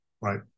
right